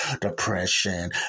depression